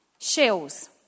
Shells